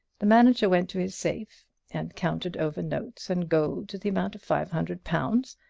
the manager went to his safe and counted over notes and gold to the amount of five hundred pounds,